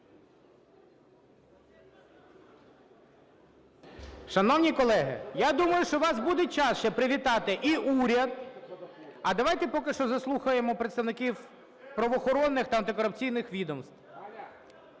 Шановні колеги, я думаю, що у вас буде час ще привітати і уряд... А давайте поки що заслухаємо представників правоохоронних та антикорупційних відомств.